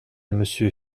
monsieur